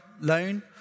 loan